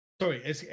Sorry